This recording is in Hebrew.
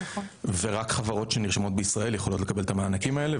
ורק חברות שנרשמות בישראל יכולות לקבל את המענקים האלה,